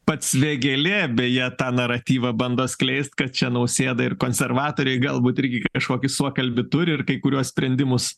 pats vėgėlė beje tą naratyvą bando skleist kad čia nausėda ir konservatoriai galbūt irgi kažkokį suokalbį turi ir kai kuriuos sprendimus